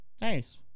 Nice